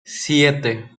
siete